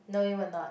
no you will not